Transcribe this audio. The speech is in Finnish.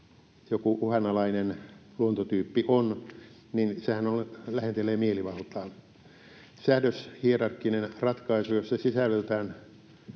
joku uhanalainen luontotyyppi on, lähentelee mielivaltaa. Säädöshierarkkinen ratkaisu, jossa sisällöltään